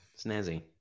snazzy